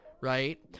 right